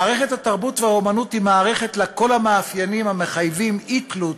מערכת התרבות והאמנות היא מערכת אשר לה כל המאפיינים המחייבים אי-תלות,